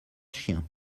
chiens